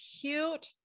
cute